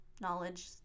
knowledge